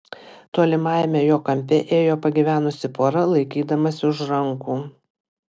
tolimajame jo kampe ėjo pagyvenusi pora laikydamasi už rankų